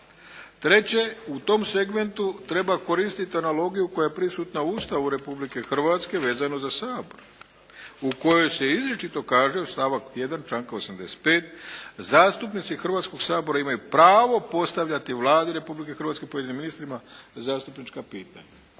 Treće, u tom segmentu treba koristiti analogiju koja je prisutna u Ustavu Republike Hrvatske vezano za Sabor u kojoj se izričito kaže, u stavak 1. članka 85.: "Zastupnici Hrvatskog sabora imaju pravo postavljati Vladi Republike Hrvatske, pojedinim ministrima zastupnička pitanja.".